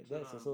是啦